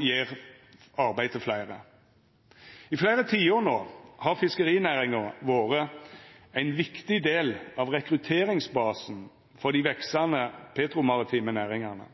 gir arbeid til fleire. I fleire tiår no har fiskerinæringa vore ein viktig del av rekrutteringsbasen for dei veksande petromaritime næringane.